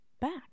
back